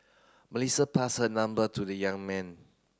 Melissa passed her number to the young man